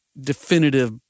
definitive